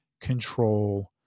control